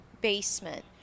basement